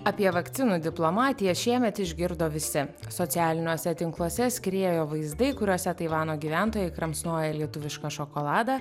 apie vakcinų diplomatiją šiemet išgirdo visi socialiniuose tinkluose skriejo vaizdai kuriuose taivano gyventojai kramsnoja lietuvišką šokoladą